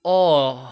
oh